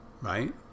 Right